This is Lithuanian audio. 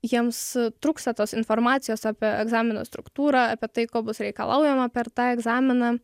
jiems trūksta tos informacijos apie egzamino struktūrą apie tai ko bus reikalaujama per tą egzaminą